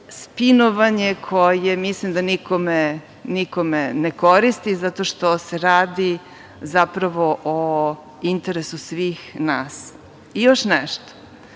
spinovanje koje mislim da nikome ne koristi, zato što se radi, zapravo o interesu svih nas. Još nešto,